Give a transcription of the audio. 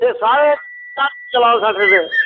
ते सारे टमाटर चला दा सट्ठ रपेऽ